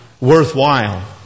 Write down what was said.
worthwhile